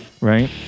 right